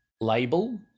label